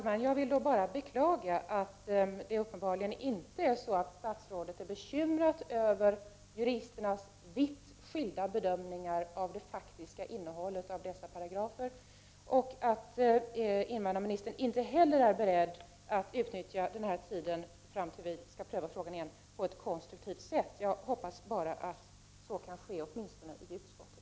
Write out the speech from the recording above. Herr talman! Jag beklagar att statsrådet uppenbarligen inte är bekymrad över juristernas vitt skilda bedömningar av det faktiska innehållet i dessa paragrafer, och jag är bekymrad över att invandrarministern inte heller är beredd att utnyttja tiden fram till att vi skall pröva frågan igen på ett konstruktivt sätt. Jag hoppas bara att så kan ske åtminstone i utskottet.